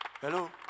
Hello